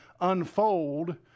unfold